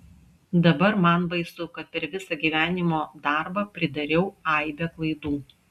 dabar man baisu kad per visą gyvenimo darbą pridariau aibę klaidų